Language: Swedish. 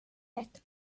ett